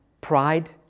Pride